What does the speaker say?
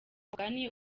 mugani